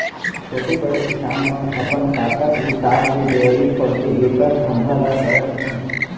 छोटे, बड़े किसान मन अपन ताकत हिसाब ले डेयरी खोलके एकर धंधा ल करत हें